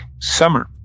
Summer